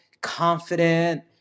confident